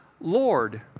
Lord